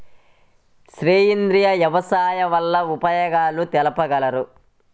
సేంద్రియ వ్యవసాయం వల్ల ఉపయోగాలు తెలుపగలరు?